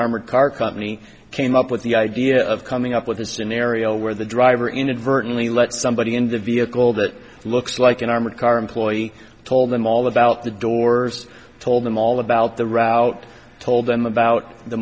armored car company came up with the idea of coming up with a scenario where the driver inadvertently let somebody in the vehicle that looks like an armored car employee told them all about the doors told them all about the route told them about the